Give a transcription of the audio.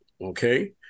okay